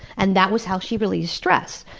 and that was how she released stress.